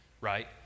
right